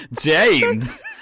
james